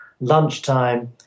lunchtime